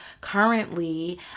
Currently